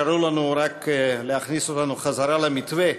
רק להכניס אותנו חזרה למתווה,